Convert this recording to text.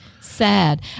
Sad